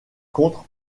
contre